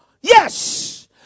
Yes